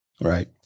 right